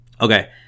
Okay